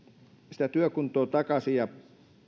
sitä työkuntoa takaisin ja